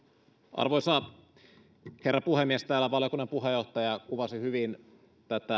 arvoisa herra puhemies täällä valiokunnan puheenjohtaja kuvasi hyvin